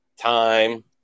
time